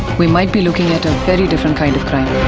we might be looking at a very different kind of crime.